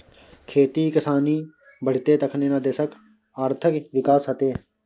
खेती किसानी बढ़ितै तखने न देशक आर्थिक विकास हेतेय